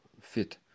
fit